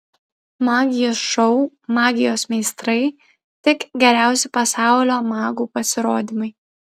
magijos šou magijos meistrai tik geriausi pasaulio magų pasirodymai